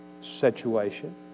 situation